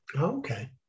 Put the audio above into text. okay